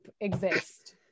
exist